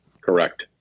Correct